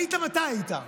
מתי היית?